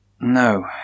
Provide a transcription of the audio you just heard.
No